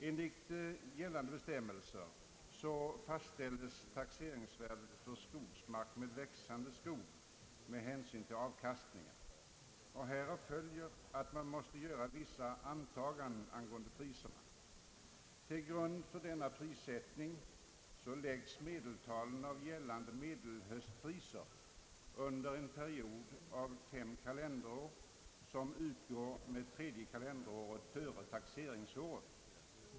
Enligt gällande bestämmelser fastställs taxeringsvärdet för skogsmark med växande skog med hänsyn till avkastningen. Härav följer att man måste göra vissa antaganden om priserna. Till grund för denna prissättning läggs medeltalen av gällande medelhöstpriser under en period av fem kalenderår, som utgår med tredje kalenderåret före taxeringsåret.